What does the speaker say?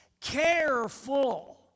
Careful